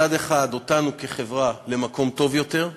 מצד אחד, אותנו כחברה למקום טוב יותר,